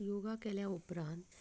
योगा केल्या उपरांत आमकां